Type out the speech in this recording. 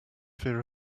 fear